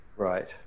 Right